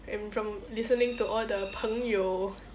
and from listening to all the 朋友